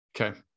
Okay